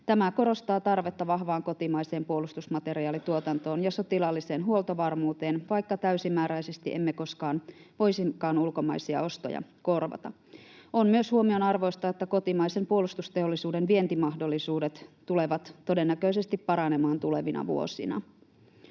Tämä korostaa tarvetta vahvaan kotimaiseen puolustusmateriaalituotantoon ja sotilaalliseen huoltovarmuuteen, vaikka täysimääräisesti emme koskaan voisikaan korvata ulkomaisia ostoja. On myös huomionarvoista, että kotimaisen puolustusteollisuuden vientimahdollisuudet tulevat todennäköisesti paranemaan tulevina vuosina.